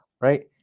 right